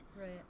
right